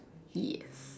yes